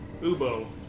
Ubo